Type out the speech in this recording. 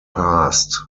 passed